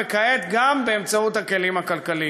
וכעת גם באמצעות הכלים הכלכליים.